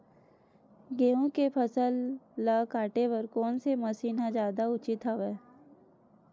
गेहूं के फसल ल काटे बर कोन से मशीन ह जादा उचित हवय?